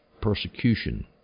persecution